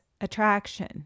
attraction